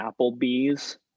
Applebee's